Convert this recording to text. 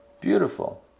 Beautiful